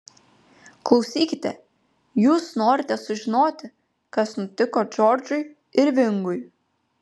klausykite jūs norite sužinoti kas nutiko džordžui irvingui